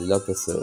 עלילת הסרט